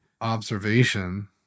observation